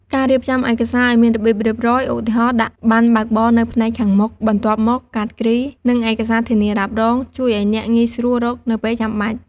ការរៀបចំឯកសារឲ្យមានរបៀបរៀបរយ ឧទាហរណ៍ ដាក់ប័ណ្ណបើកបរនៅផ្នែកខាងមុខ បន្ទាប់មកកាតគ្រី និងឯកសារធានារ៉ាប់រង ជួយឲ្យអ្នក ងាយស្រួលរកនៅពេលចាំបាច់។